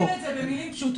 תסביר את זה במילים פשוטות.